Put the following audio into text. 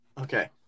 Okay